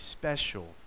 special